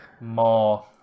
More